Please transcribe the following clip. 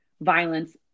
violence